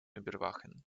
überwachen